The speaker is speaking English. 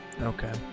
okay